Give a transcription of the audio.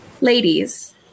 ladies